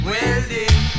Welding